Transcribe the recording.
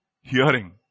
hearing